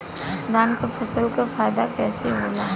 धान क फसल क फायदा कईसे होला?